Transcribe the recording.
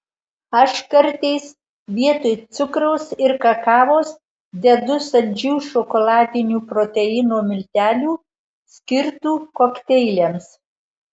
aš kartais vietoj cukraus ir kakavos dedu saldžių šokoladinių proteino miltelių skirtų kokteiliams